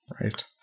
Right